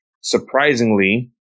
surprisingly